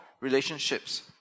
relationships